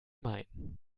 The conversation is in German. mein